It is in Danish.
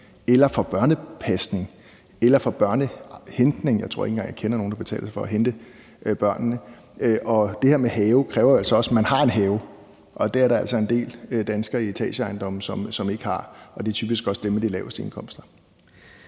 eller for børnepasning eller for børnenes afhentning; jeg tror ikke engang, at jeg kender nogen, der betaler for at få hentet deres børn. Og det her med have kræver jo altså også, at man har en have, og det er der altså en del danskere i etageejendomme som ikke har, og det er typisk også dem med de laveste indkomster.